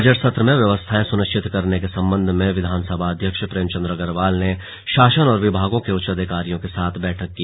budget सत्र में व्यवस्थाएं सुनिश्चित करने के संबंध में विधानसभा अध्यक्ष प्रेमचंद अग्रवाल ने शासन और विभागों के उच्चाधिकारियों के साथ बैठक की